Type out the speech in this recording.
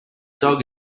dog